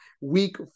week